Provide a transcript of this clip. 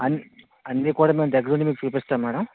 అన్ని అన్నీ కూడా మేము దగ్గరుండి మీకు చూపిస్తాం మ్యాడమ్